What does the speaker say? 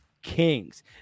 kings